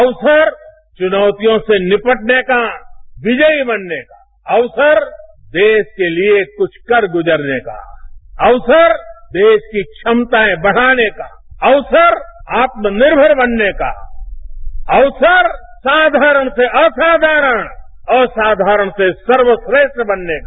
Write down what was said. अवसर चुनौतियों से निपटने का विजयी बनने का अवसर देश के लिए कुछ कर गुजरने का अवसर देश की क्षमताएं बढ़ाने का अवसर आत्मनिर्मर बनने का अवसर साघारण से असाघारण असाघारण से सर्वश्रेष्ठ बनने का